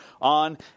on